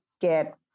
get